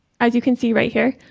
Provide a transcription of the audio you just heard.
as you can see right here,